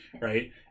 right